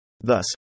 Thus